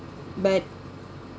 but